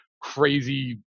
crazy